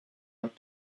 out